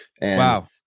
Wow